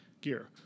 gear